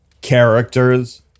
characters